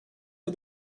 for